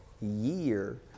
year